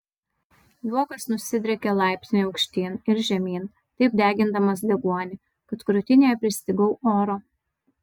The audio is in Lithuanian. juokas nusidriekė laiptine aukštyn ir žemyn taip degindamas deguonį kad krūtinėje pristigau oro